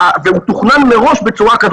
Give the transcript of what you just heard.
זה מתוכנן מראש בצורה כזו.